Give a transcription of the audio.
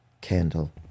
candle